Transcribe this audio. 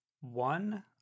one